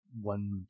one